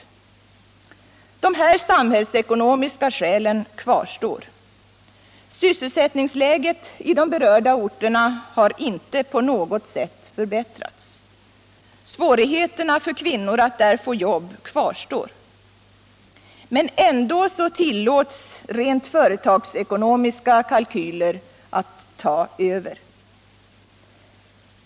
Nr 36 Dessa samhällsekonomiska skäl kvarstår. Sysselsättningsläget i de berörda orterna har inte på något sätt förbättrats. Svårigheterna för kvinnor att där få jobb kvarstår. Men ändå tillåts rent företagsekonomiska kalkyler att ta över.